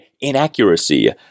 inaccuracy